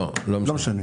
לא.